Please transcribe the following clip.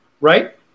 right